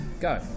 Go